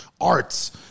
arts